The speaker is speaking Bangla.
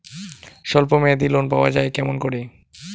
স্বল্প মেয়াদি লোন পাওয়া যায় কেমন করি?